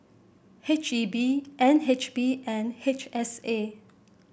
H E B N H B and H S A